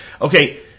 okay